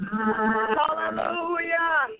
Hallelujah